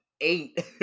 eight